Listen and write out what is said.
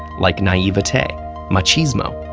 like naivete machismo,